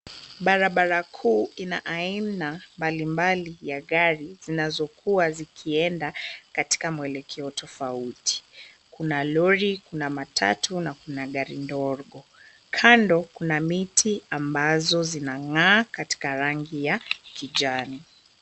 Barabara kuu ina aina mbalimbali ya gari zinazokuwa zikienda katika mwelekeo tofauti. Kuna lori, kuna matatu na kuna gari ndogo. Kando kuna miti ambazo zinang'aa katika rangi ya kijani.